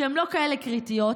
שהן לא כאלה קריטיות.